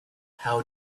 how